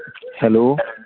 hello